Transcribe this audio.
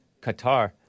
Qatar